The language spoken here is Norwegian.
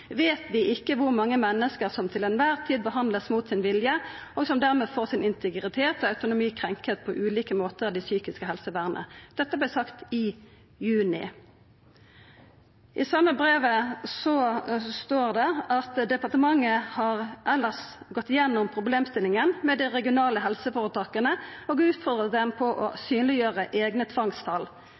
vet vi ikke hvor mange mennesker som til enhver tid behandles mot sin vilje og som dermed får sin integritet og autonomi krenket på ulike måter i det psykiske helsevernet.» Dette vart skrive i juni. I same brevet står det: «Departementet har ellers gått igjennom problemstillingen med de regionale helseforetakene og utfordret dem på å synliggjøre egne tvangstall.